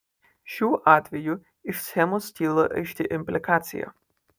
šiuo atveju iš schemos kyla aiški implikacija